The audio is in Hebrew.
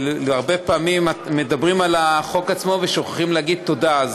הרבה פעמים מדברים על החוק עצמו ושוכחים להגיד תודה.